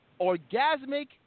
orgasmic